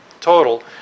total